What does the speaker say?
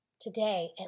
Today